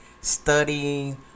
studying